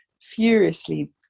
furiously